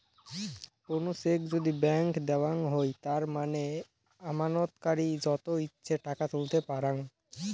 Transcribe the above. কুনো চেক যদি ব্ল্যান্ক দেওয়াঙ হই তার মানে আমানতকারী যত ইচ্ছে টাকা তুলতে পারাং